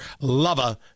lover